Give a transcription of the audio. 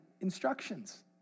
Instructions